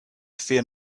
fear